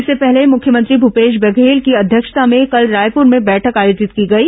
इससे पहले मुख्यमंत्री भूपेश बघेल की अध्यक्षता में कल रायपुर में बैठक आयोजित की गई